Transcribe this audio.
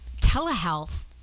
telehealth